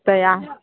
तऽ आ